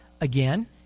again